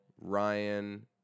Ryan